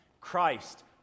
Christ